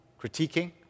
critiquing